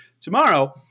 tomorrow